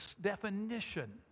definition